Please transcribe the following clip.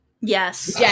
Yes